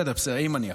אם אני אחרוג.